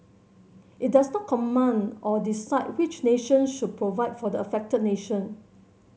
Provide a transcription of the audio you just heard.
it does not command or decide which nations should provide for the affected nation